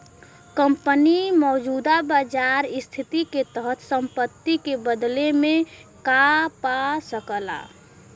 company मौजूदा बाजार स्थिति के तहत संपत्ति के बदले में का पा सकला